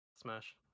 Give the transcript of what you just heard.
Smash